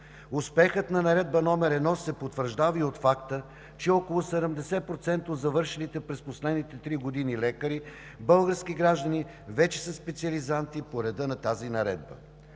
Успехът на Наредба № 1 се потвърждава и от факта, че около 70% от завършилите през последните три години лекари – български граждани, вече са специализанти по реда на тази наредба.